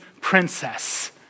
princess